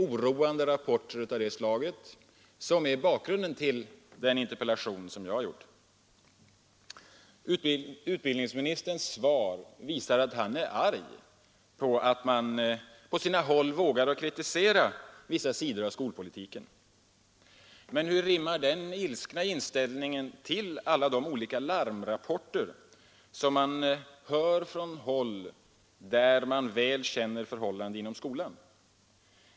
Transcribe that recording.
Oroande rapporter av det slaget är bakgrunden till min interpellation. Utbildningsministerns svar visar att han är arg över att man på sina håll vågar kritisera vissa sidor av skolpolitiken. Men hur rimmar den ilskna inställningen med alla de larmrapporter som kommer från håll, där man väl känner förhållandena inom skolan?